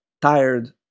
tired